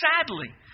sadly